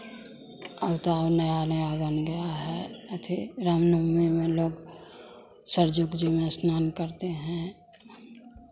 अब तो और नया नया बन गया है अथी रामनवमी में लोग सरयुग जी में स्नान करते हैं